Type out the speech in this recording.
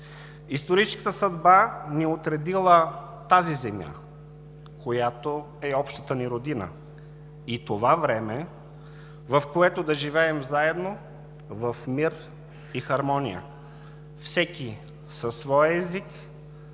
Историческата съдба ни е отредила тази земя, която е общата ни родина, и това време, в което да живеем заедно в мир и хармония, всеки със своя език,